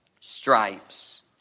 Stripes